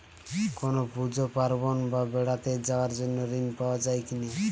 কোনো পুজো পার্বণ বা বেড়াতে যাওয়ার জন্য ঋণ পাওয়া যায় কিনা?